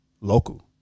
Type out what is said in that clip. local